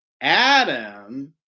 Adam